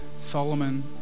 Solomon